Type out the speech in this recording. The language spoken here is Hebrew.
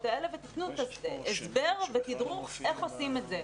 האלה ותיתנו הסבר ותדרוך איך עושים את זה.